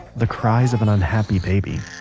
the cries of an unhappy baby.